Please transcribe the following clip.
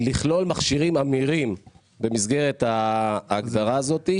לכלול מכשירים אמירים במסגרת ההגדרה הזאת,